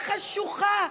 החשוכה,